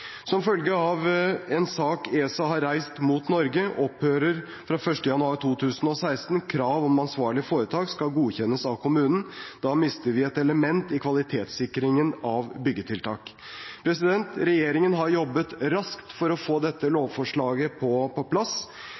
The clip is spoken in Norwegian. Som følge av en sak ESA har reist mot Norge, opphører fra 1. januar 2016 krav om at ansvarlige foretak skal godkjennes av kommunen. Da mister vi et element i kvalitetssikringen av byggetiltak. Regjeringen har jobbet raskt for å få dette lovforslaget på plass.